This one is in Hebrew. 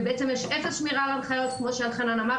ובעצם יש אפס שמירה על ההנחיות, כמו שאלחנן אמר.